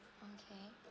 okay